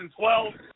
2012